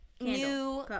new